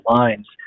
lines